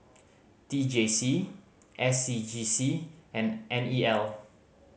T J C S C G C and N E L